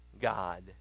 God